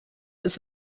ist